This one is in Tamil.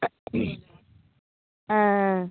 ஆ ஆ